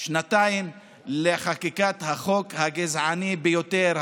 שנתיים לחקיקת החוק הגזעני ביותר,